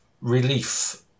relief